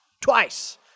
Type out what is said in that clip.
Twice